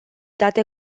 date